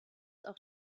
auch